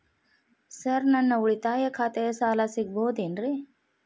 Sir ನನ್ನ ಉಳಿತಾಯ ಖಾತೆಯ ಸಾಲ ಸಿಗಬಹುದೇನ್ರಿ?